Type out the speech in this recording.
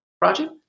project